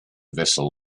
vessel